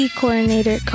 coordinator